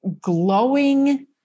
glowing